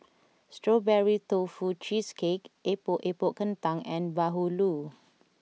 Strawberry Tofu Cheesecake Epok Epok Kentang and Bahulu